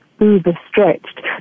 overstretched